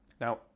Now